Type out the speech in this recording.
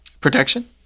Protection